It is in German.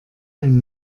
ein